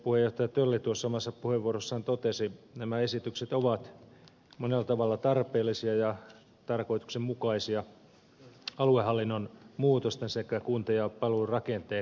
kuten puheenjohtaja tölli puheenvuorossaan totesi nämä esitykset ovat monella tavalla tarpeellisia ja tarkoituksenmukaisia aluehallinnon muutosten sekä kunta ja palvelurakenteen kehittämishankkeitten rinnalla